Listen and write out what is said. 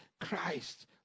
christ